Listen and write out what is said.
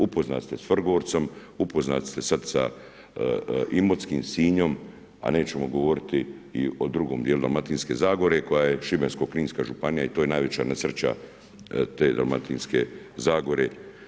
Upoznati ste s Vrgorcem, upoznati ste sad sa Imotskim, Sinjom, a nećemo govoriti i o drugom dijelu Dalmatinske zagore koja je Šibensko-kninska županija i to je najveća nesreća te Dalmatinske zagore.